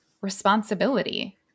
responsibility